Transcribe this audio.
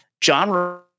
John